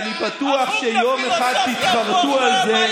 אני בטוח שיום אחד תתחרטו על זה,